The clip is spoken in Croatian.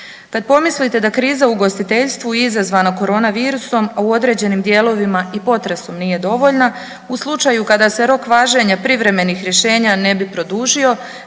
Kad pomislite da kriza u ugostiteljstvu izazvana koronavirusom u određenim dijelovima i potresu nije dovoljna u slučaju kada se rok važenja privremenih rješenja ne bi produžio